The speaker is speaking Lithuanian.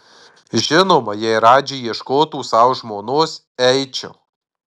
žinoma jei radži ieškotų sau žmonos eičiau